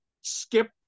Skip